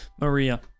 Maria